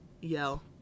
Yell